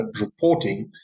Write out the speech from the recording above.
reporting